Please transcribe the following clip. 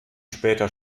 später